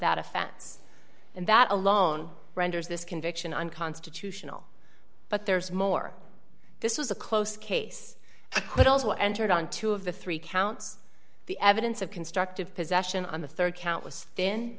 offense and that alone renders this conviction unconstitutional but there's more this was a close case but also entered on two of the three counts the evidence of constructive possession on the rd count was thin